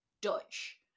Dutch